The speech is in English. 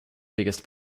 biggest